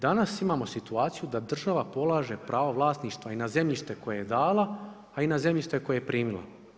Danas imamo situaciju da država polaže pravo vlasništva i na zemljište koje je dala, a i na zemljište koje je primila.